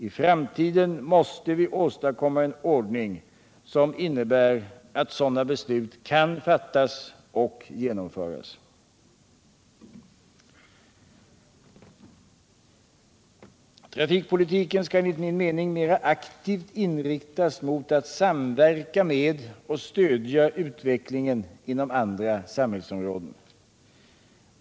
I framtiden måste vi åstadkomma en ordning som innebär att sådana beslut kan fattas och genomföras. Trafikpolitiken skall enligt min mening mera aktivt inriktas mot att samverka med och stödja utvecklingen inom andra samhällsområden.